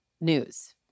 news